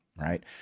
right